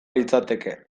litzateke